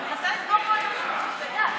תודה.